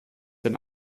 denn